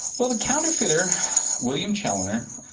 well, the counterfeiter william chaloner,